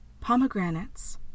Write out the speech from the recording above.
Pomegranates